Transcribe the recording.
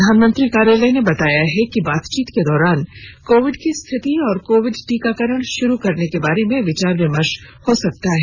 प्रधानमंत्री कार्यालय ने बताया है कि बातचीत के दौरान कोविड की स्थिति और कोविड टीकाकरण शुरू करने के बारे में विचार विमर्श हो सकता है